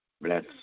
Bless